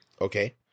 Okay